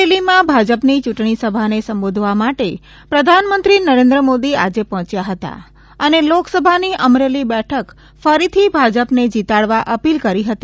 અમરેલીમાં ભાજપની ચૂંટણી સંબોધવા માટે પ્રધાનમંત્રી નરેન્દ્ર મોદી આજે પહોંચ્યા હતા અને લોકસભાની અમરેલી બેઠક ફરીથી ભાજપને જીતાડવા અપીલ કરી હતી